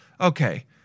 Okay